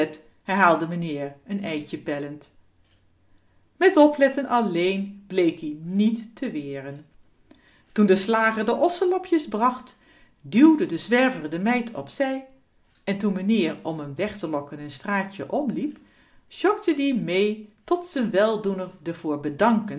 meneer n eitje pellend met opletten alleen bleek ie niet te weren toen de slager de ossenlapjes bracht duwde de zwerver de meid opzij en toen meneer om m weg te lokken n straatje omliep sjokte ie mee tot z'n weldoener